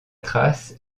trace